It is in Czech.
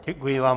Děkuji vám.